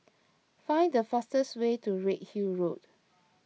find the fastest way to Redhill Road